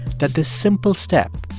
that this simple step,